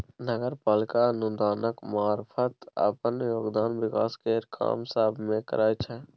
नगर पालिका अनुदानक मारफत अप्पन योगदान विकास केर काम सब मे करइ छै